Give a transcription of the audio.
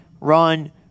run